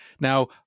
Now